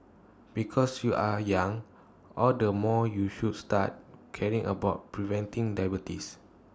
because you are young all the more you should start caring about preventing diabetes